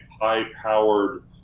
high-powered